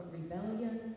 rebellion